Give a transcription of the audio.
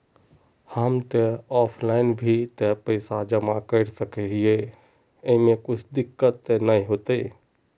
हम ते ऑफलाइन भी ते पैसा जमा कर सके है ऐमे कुछ दिक्कत ते नय न होते?